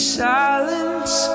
silence